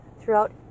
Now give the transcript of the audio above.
throughout